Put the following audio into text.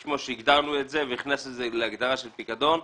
כפי שהגדרנו אותה והכנסנו את זה להגדרה של פיקדון,